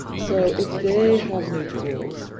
so if they have new tools,